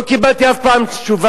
לא קיבלתי אף פעם תשובה,